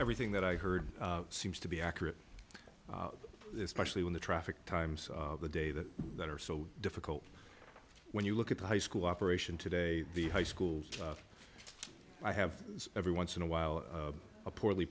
everything that i heard seems to be accurate especially when the traffic times the day that that are so difficult when you look at the high school operation today the high school i have every once in a while a poorly